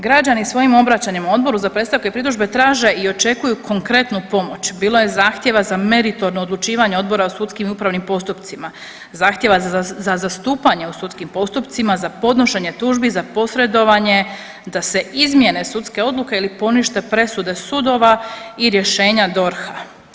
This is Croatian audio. Građani svojim obraćanjem Odboru za predstavke i pritužbe traže i očekuju konkretnu pomoć, bilo je zahtjeva za meritorno odlučivanje Odbora o sudskim i upravnim postupcima, zahtjeva za zastupanje u sudskim postupcima za podnošenje tužbi za posredovanje da se izmjene sudske odluke ili ponište presude sudova i rješenja DORH-a.